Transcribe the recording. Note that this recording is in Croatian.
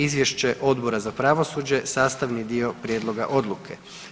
Izvješće Odbora za pravosuđe sastavni je dio prijedloga odluke.